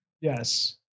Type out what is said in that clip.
Yes